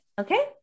Okay